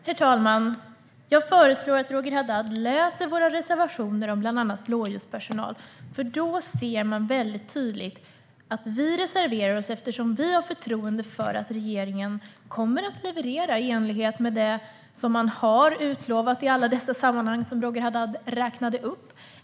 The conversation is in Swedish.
Herr talman! Jag föreslår att Roger Haddad läser våra reservationer om bland annat blåljuspersonal. Där ser man tydligt att vi reserverar oss eftersom vi har förtroende för att regeringen kommer att leverera i enlighet med det som man har utlovat i alla de sammanhang som Roger Haddad räknade upp.